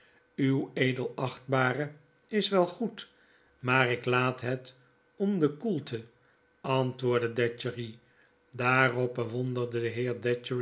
uw edelachtbare is wel goed maar ik laat het om de koelte antwoordde datchery daarop bewonderde de